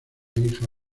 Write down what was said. hija